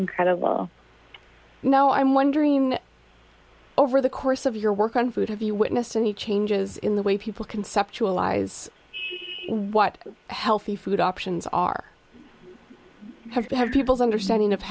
incredible you know i'm wondering over the course of your work on food have you witnessed any changes in the way people conceptualize what healthy food options are have to have people's understanding of